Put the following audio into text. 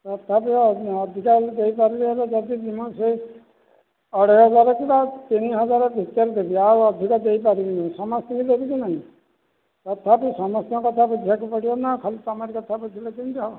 ତଥାପି ଅଧିକ ଯଦି ଦେଇ ପାରିବି ହେଲେ ଯଦି ମୁଁ ସେହି ଅଢ଼େଇ ହଜାର କିମ୍ବା ତିନି ହଜାର ଭିତରେ ଦେବି ଆଉ ଅଧିକା ଦେଇ ପାରିବିନି ସମସ୍ତଙ୍କୁ ଦେବି କି ନାହିଁ ତଥାପି ସମସ୍ତଙ୍କ କଥା ବୁଝିବାକୁ ପଡ଼ିବ ନା ଖାଲି ତୁମରି କଥା ବୁଝିଲେ କେମିତି ହେବ